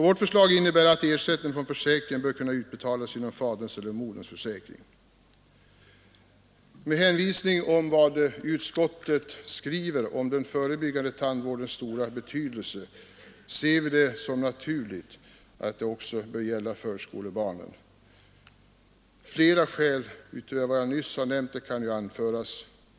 Vårt förslag innebär att ersättning från försäkringen bör kunna utbetalas genom faderns eller moderns försäkring. Med hänvisning till vad utskottet skriver om den förebyggande tandvårdens stora betydelse ser vi det som naturligt att denna också bör gälla förskolebarnen. Flera skäl utöver dem som jag nyss nämnt kan anföras.